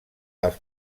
als